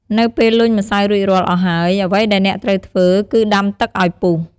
នៅពេលលញ់ម្សៅរួចរាល់អស់ហើយ អ្វីដែលអ្នកត្រូវធ្វើគឺដាំទឹកឱ្យពុះ។